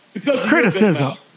Criticism